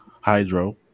Hydro